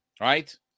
right